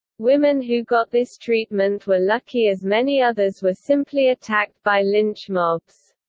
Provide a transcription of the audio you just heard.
women who got this treatment were lucky as many others were simply attacked by lynch mobs.